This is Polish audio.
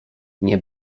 nie